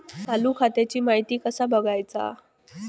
चालू खात्याची माहिती कसा बगायचा?